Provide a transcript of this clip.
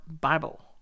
Bible